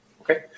Okay